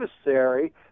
adversary